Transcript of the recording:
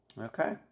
Okay